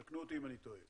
תקנו אותי אם אני טועה.